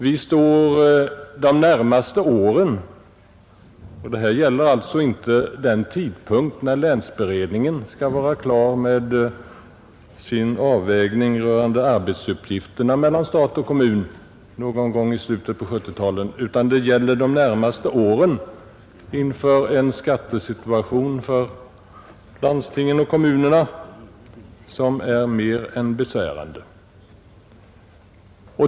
Vi står de närmaste åren — och detta gäller alltså inte den tidpunkt någon gång i slutet på 1970-talet när länsberedningen skall vara klar med sin avvägning rörande arbetsuppgifterna mellan stat och kommun utan det gäller de närmaste åren — inför en skattesituation för landstingen och kommunerna som är mer än besvärande.